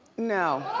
no.